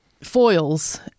Foils